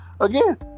Again